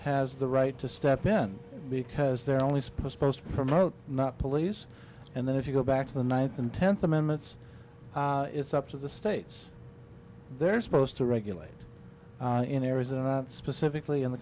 has the right to step in because they're only supposed to promote not police and then if you go back to the ninth and tenth amendments it's up to the states they're supposed to regulate in arizona not specifically in the